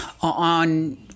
on